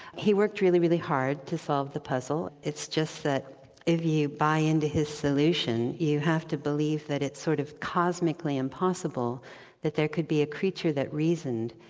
he worked really, really hard to solve the puzzle it's just that if you buy into his solution, you have to believe that it's sort of cosmically impossible that there could be a creature that reasoned,